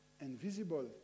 invisible